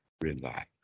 relax